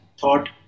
thought